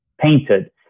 painted